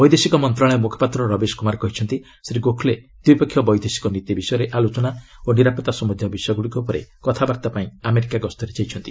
ବୈଦେଶିକ ମନ୍ତ୍ରଣାଳୟ ମୁଖପାତ୍ର ରବୀଶ୍ କୁମାର କହିଛନ୍ତି ଶ୍ରୀ ଗୋଖ୍ଲେ ଦ୍ୱିପକ୍ଷୀୟ ବୈଦେଶିକ ନୀତି ବିଷୟରେ ଆଲୋଚନା ଓ ନିରାପତ୍ତା ସମ୍ବନ୍ଧୀୟ ବିଷୟଗୁଡ଼ିକ ଉପରେ କଥାବାର୍ତ୍ତା ପାଇଁ ଆମେରିକା ଗସ୍ତରେ ଯାଇଛନ୍ତି